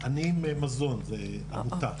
אני ממזון זה עמותה,